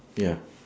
ya